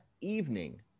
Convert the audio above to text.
evening